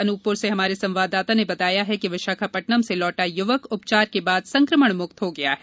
अन्पपुर से हमारे संवाददाता ने बताया है कि विशाखापटनम से लौटा युवक उपचार के बाद संकमण मुक्त हो गया है